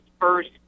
first